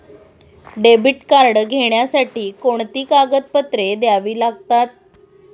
Debit card घेण्यासाठी कोणती कागदपत्रे द्यावी लागतात?